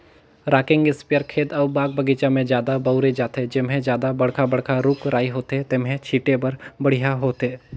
rocking sprayer खेत अउ बाग बगीचा में जादा बउरे जाथे, जेम्हे जादा बड़खा बड़खा रूख राई होथे तेम्हे छीटे बर बड़िहा होथे